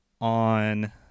on